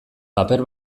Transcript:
paper